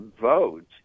vote